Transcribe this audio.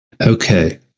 Okay